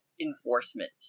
enforcement